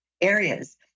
areas